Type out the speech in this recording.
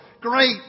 Great